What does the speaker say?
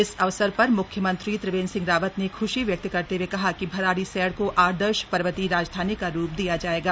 इस अवसर पर मुख्यमंत्री त्रिवेन्द्र सिंह रावत ने ख्शी व्यक्त करते हुए कहा कि भराड़ीसैण को आदर्श पर्वतीय राजधानी का रूप दिया जाएगा